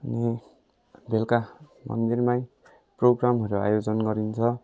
अनि बेलुका मन्दिरमा प्रोग्रामहरू आयोजन गरिन्छ